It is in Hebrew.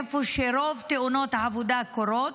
איפה שרוב תאונות העבודה קורות.